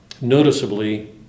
noticeably